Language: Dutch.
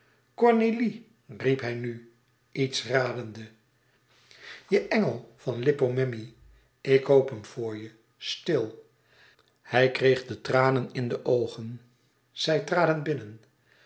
riep hij nu iets radende je engel van lippo memmi ik koop hem voor je stil hij kreeg tranen in de oogen zij traden binnen